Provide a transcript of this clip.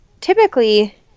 typically